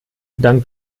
dank